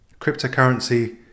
cryptocurrency